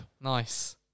Nice